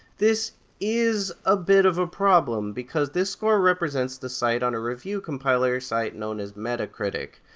this is a bit of a problem, because this score represents the site on review compiler site known as metacritic.